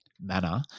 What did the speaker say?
manner